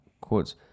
quotes